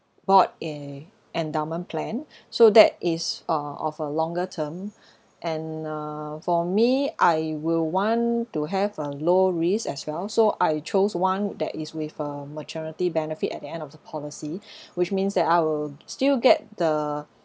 bought a endowment plan so that is uh of a longer term and uh for me I will want to have a low risk as well so I chose one that is with a maturity benefit at the end of the policy which means that I will still get the